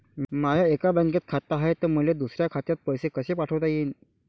माय एका बँकेत खात हाय, त मले दुसऱ्या खात्यात पैसे कसे पाठवता येईन?